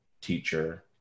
teacher